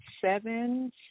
seven